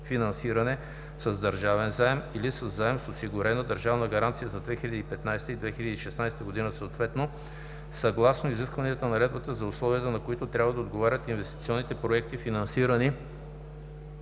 финансиране с държавен заем, или със заем с осигурена държавна гаранция за 2015 и 2016 г. съответно, съгласно изискванията на „Наредба за условията, на които трябва да отговарят инвестиционните проекти, финансирани